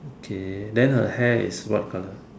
okay then her hair is what colour